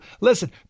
Listen